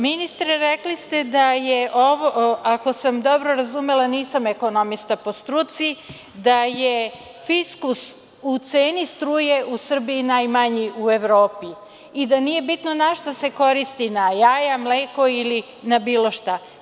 Ministre, rekli ste da je, ako sam dobro razumela, nisam ekonomista po struci, fiskus u ceni struje u Srbiji najmanji u Evropi i da nije bitno na šta se koristi, na jaja, na mleko ili na bilo šta.